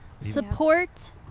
Support